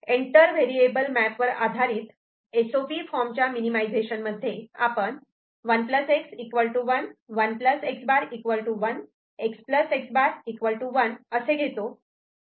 enter variable map वर आधारित S O P form च्या मिनिमिझेशन मध्ये आपण 1 x 1 1 x' 1 x x' 1असे घेतो